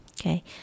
okay